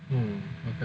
!wah! okay